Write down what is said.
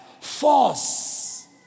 force